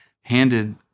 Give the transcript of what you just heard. handed